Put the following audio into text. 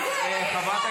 --- אי-אפשר.